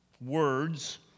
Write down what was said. words